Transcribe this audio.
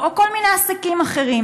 או כל מיני עסקים אחרים,